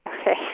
Okay